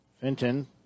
Fenton